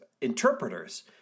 interpreters